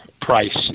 price